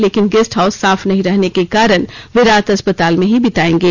लेकिन guest house साफ नहीं रहने के कारण वे रात अस्पताल में ही बितायेंगे